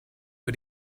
for